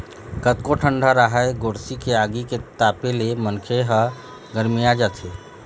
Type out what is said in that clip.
कतको ठंडा राहय गोरसी के आगी के तापे ले मनखे ह गरमिया जाथे